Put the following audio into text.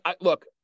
Look